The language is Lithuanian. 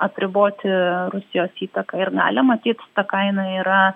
apriboti rusijos įtaką ir galią matyt ta kaina yra